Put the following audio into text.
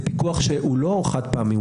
זה פיקוח שהוא לא חד פעמי.